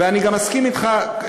אני גם מסכים אתך,